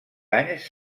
anys